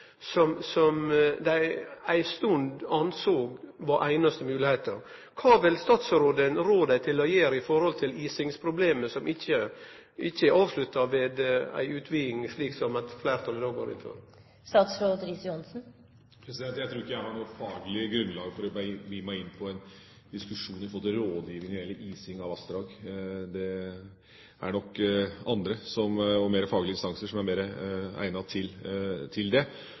som dei ei stund såg på som einaste moglegheit. Kva vil statsråden rå dei til å gjere når det gjeld isingsproblemet, som ikkje er over ved ei utviding, som eit fleirtal går inn for? Jeg tror ikke jeg har noe faglig grunnlag for å begi meg inn på en diskusjon når det gjelder råd om ising av vassdrag. Det er nok andre og mer faglige instanser som er mer egnet til det. Når det